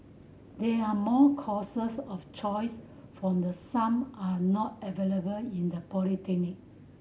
there are more courses of choose from the some are not available in the polytechnic